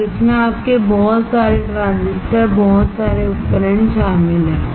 और इसमें आपके बहुत सारे ट्रांजिस्टर बहुत सारे उपकरण शामिल हैं